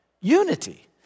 Unity